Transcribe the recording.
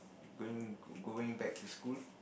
going going back to school